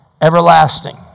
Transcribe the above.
everlasting